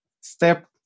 step